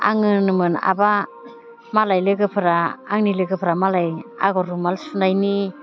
आङो होनोमोन आफा मालाय लोगोफोरा आंनि लोगोफोरा मालाय आगर रुमाल सुनायनि